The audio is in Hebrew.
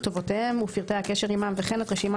כתובותיהם ופרטי הקשר עמם וכן את רשימת